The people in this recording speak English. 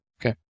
Okay